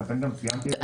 ולכן גם ציינתי את זה.